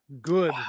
Good